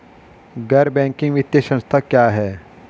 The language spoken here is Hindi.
गैर बैंकिंग वित्तीय संस्था क्या है?